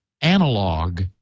analog